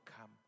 come